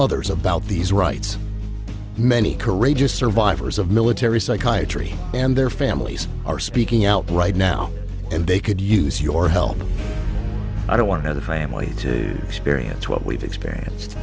others about these rights many courageous survivors of military psychiatry and their families are speaking out right now and they could use your help i don't want other families to experience what we've experienced